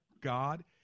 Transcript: God